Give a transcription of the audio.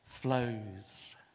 Flows